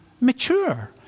mature